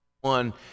one